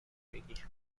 بگی